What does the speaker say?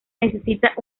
necesita